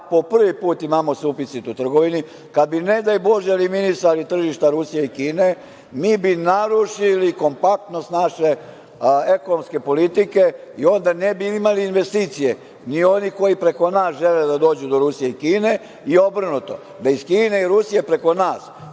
po prvi put imamo suficit u trgovini, kada bi ne daj Bože eliminisali tržišta Rusije i Kine, mi bi narušili kompaktnost naše ekonomske politike i onda ne bi imali investicije, ni oni koji preko nas žele da dođu do Rusije i Kine i obrnuto, da iz Kine i Rusije, preko nas,